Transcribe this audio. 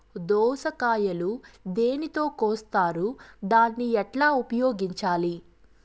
దోస కాయలు దేనితో కోస్తారు దాన్ని ఎట్లా ఉపయోగించాలి?